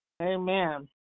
Amen